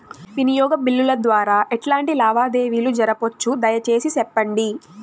వినియోగ బిల్లుల ద్వారా ఎట్లాంటి లావాదేవీలు జరపొచ్చు, దయసేసి సెప్పండి?